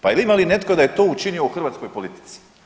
Pa ima li netko da je to učinio u hrvatskoj politici?